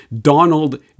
Donald